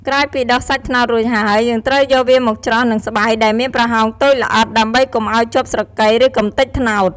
ក្រោយពីដុសសាច់ត្នោតរួចហើយ យើងត្រូវយកវាមកច្រោះនឹងស្បៃដែលមានប្រហោងតូចល្អិត ដើម្បីកុំឱ្យជាប់ស្រកី ឬកម្ទេចត្នោត។